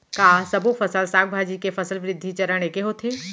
का सबो फसल, साग भाजी के फसल वृद्धि चरण ऐके होथे?